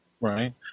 Right